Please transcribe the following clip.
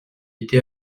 été